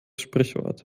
sprichwort